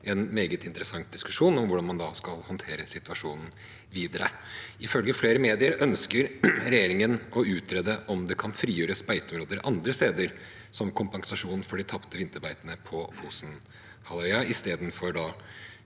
en meget interessant diskusjon hvordan man da skal håndtere situasjonen videre. Ifølge flere medier ønsker regjeringen å utrede om det kan frigjøres beiteområder andre steder som kompensasjon for de tapte vinterbeitene på Fosen-halvøya, istedenfor å